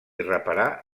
reparar